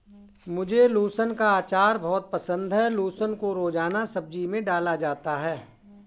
मुझे लहसुन का अचार बहुत पसंद है लहसुन को रोजाना सब्जी में डाला जाता है